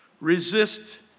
Resist